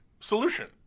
solution